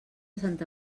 santa